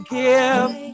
give